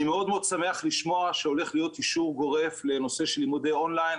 אני מאוד שמח לשמוע שהולך להיות אישור גורף לנושא של לימודי און-ליין,